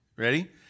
Ready